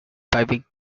fibbing